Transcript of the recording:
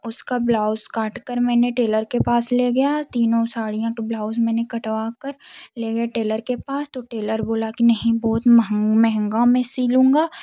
उसका ब्लाउज काटकर मैंने टेलर के पास ले गया तीनों साड़ियाँ ब्लाउज मैंने कटवाकर ले टेलर के पास तो टेलर बोला कि नहीं बहुत महँगा में सिलूंगा